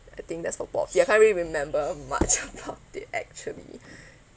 I think that's about it I can't really remember much about it actually